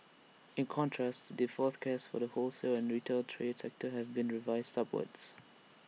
in contrast the forecast for the wholesale and retail trade sector have been revised upwards